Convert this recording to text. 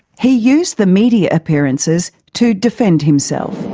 he used the media appearances to defend himself.